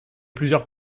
plusieurs